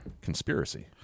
conspiracy